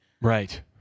Right